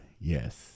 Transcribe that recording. yes